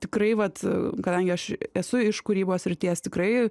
tikrai vat kadangi aš esu iš kūrybos srities tikrai